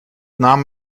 nahm